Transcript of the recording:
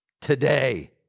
today